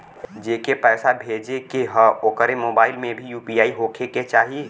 जेके पैसा भेजे के ह ओकरे मोबाइल मे भी यू.पी.आई होखे के चाही?